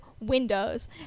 Windows